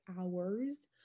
hours